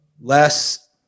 less